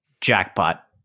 jackpot